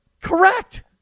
Correct